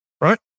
right